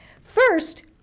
First